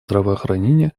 здравоохранения